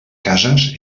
cases